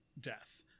death